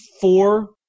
four